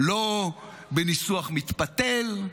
לא בניסוח מתפתל,